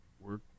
work